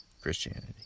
Christianity